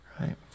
right